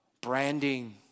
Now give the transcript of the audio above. branding